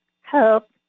help